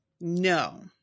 no